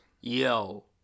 Yo